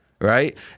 right